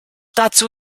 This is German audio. dazu